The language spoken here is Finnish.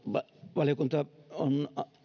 valiokunta on